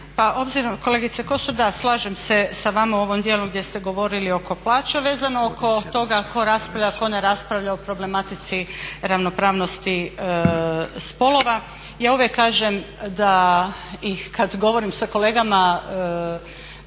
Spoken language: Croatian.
Pa obzirom, kolegice Kosor da slažem se sa vama u ovom djelu gdje ste govorili oko plaća vezano oko toga ko raspravlja, ko ne raspravlja o problematici ravnopravnosti spolova. Ja uvijek kažem da i kad govorimo sa kolegama,